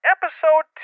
Episode